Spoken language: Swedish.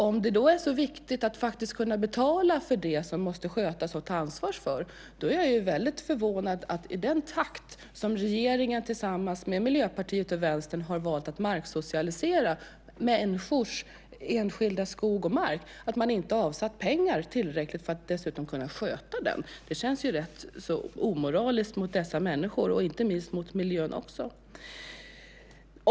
Om det då är så viktigt att betala för sådant som måste skötas och tas ansvar för är jag förvånad, med tanke på den takt med vilken regeringen tillsammans med Miljöpartiet och Vänstern har valt att marksocialisera människors enskilda skog och mark, att man inte har avsatt tillräckligt med pengar för att sköta skogen och marken. Det känns omoraliskt mot människorna och inte minst miljön.